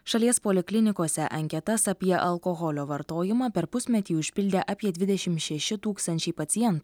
šalies poliklinikose anketas apie alkoholio vartojimą per pusmetį užpildė apie dvidešim šeši tūkstančiai pacientų